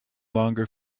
longer